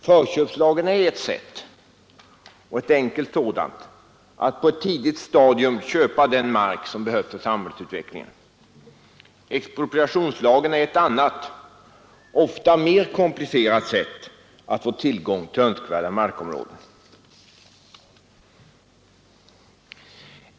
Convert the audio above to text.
Förköpslagen är ett sätt — och ett enkelt sådant — att på ett tidigt stadium köpa den mark som behövs för samhällsutvecklingen. Expropriationslagen är ett annat, ofta mer komplicerat, sätt att få tillgång till önskvärda markområden.